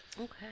Okay